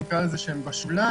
שנקרא לזה: שהם בשוליים,